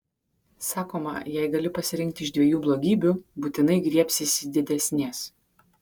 sakoma jei gali pasirinkti iš dviejų blogybių būtinai griebsiesi didesnės